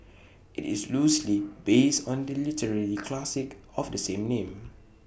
IT is loosely based on the literary classic of the same name